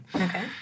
Okay